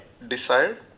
desired